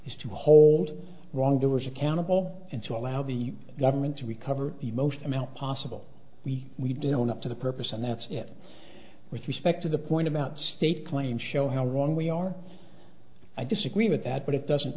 is to hold wrongdoers accountable and to allow the government to recover the most amount possible we we didn't own up to the purpose and that's it with respect to the point about state claims show how wrong we are i disagree with that but it doesn't